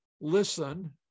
Listen